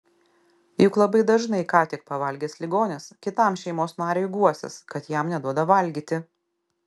juk labai dažnai ką tik pavalgęs ligonis kitam šeimos nariui guosis kad jam neduoda valgyti